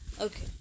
Okay